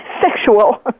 sexual